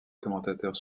commentateurs